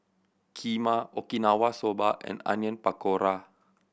Kheema Okinawa Soba and Onion Pakora